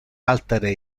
altere